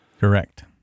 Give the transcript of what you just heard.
Correct